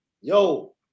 yo